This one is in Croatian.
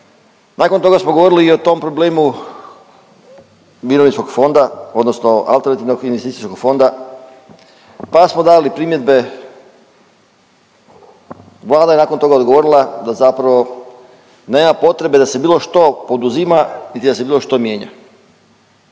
Nakon toga smo govorili i o tom problemu mirovinskog fonda odnosno alternativnog investicijskog fonda pa smo dali primjedbe. Vlada je nakon toga odgovorila da zapravo nema potrebe da se bilo što poduzima niti da se bilo što mijenja.